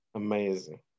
amazing